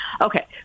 Okay